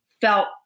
felt